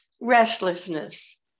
Restlessness